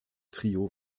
trio